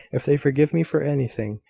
if they forgive me for anything,